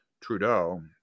Trudeau